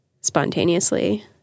spontaneously